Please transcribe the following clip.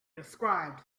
described